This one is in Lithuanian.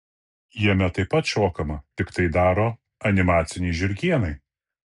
jame taip pat šokama tik tai daro animaciniai žiurkėnai